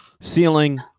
ceiling